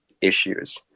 issues